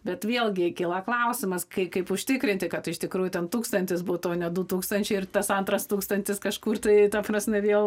bet vėlgi kyla klausimas kai kaip užtikrinti kad iš tikrųjų ten tūkstantis būtų o ne du tūkstančiai ir tas antras tūkstantis kažkur tai ta prasme vėl